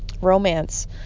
romance